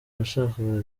washakaga